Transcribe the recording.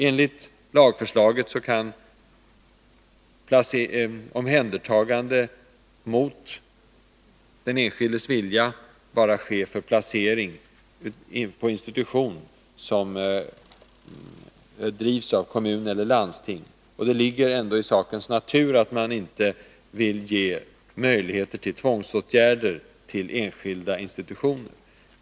Enligt lagförslaget kan omhändertagande mot den enskildes vilja bara ske när det gäller placering på institution som drivs av kommun eller landsting. Det ligger i sakens natur att man inte vill ge möjligheter till tvångsåtgärder till enskilda institutioner.